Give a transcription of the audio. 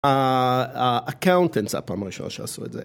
הaccountants היה הפעם הראשונה שעשו את זה.